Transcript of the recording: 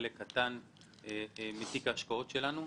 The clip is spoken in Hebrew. בחלק קטן מתיק ההשקעות שלנו.